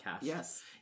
yes